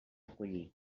collir